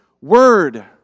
word